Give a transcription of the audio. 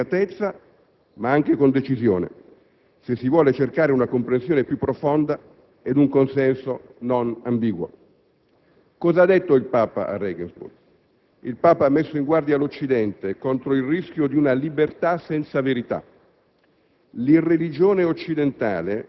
che devono essere affrontati con delicatezza ma anche con decisione, se si vuole cercare una comprensione più profonda ed un consenso non ambiguo. Cosa ha detto il Papa a Regensburg? Il Papa ha messo in guardia l'Occidente contro il rischio di una libertà senza verità.